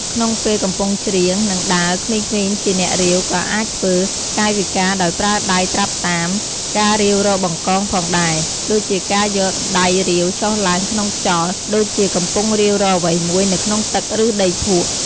ក្នុងពេលកំពុងច្រៀង និងដើរ ក្មេងៗជា អ្នករាវ ក៏អាចធ្វើ កាយវិការដោយប្រើដៃត្រាប់តាម ការរាវរកបង្កងផងដែរ ដូចជាការយកដៃរាវចុះឡើងក្នុងខ្យល់ ដូចជាកំពុងរាវរកអ្វីមួយនៅក្នុងទឹក ឬដីភក់។